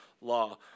law